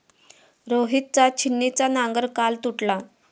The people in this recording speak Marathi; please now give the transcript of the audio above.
रोहितचा छिन्नीचा नांगर काल तुटला